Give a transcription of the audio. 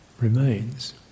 remains